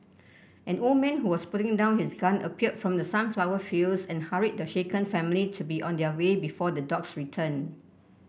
an old man who was putting down his gun appeared from the sunflower fields and hurried the shaken family to be on their way before the dogs return